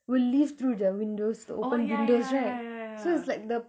will leave through their windows the opened windows right so it's like the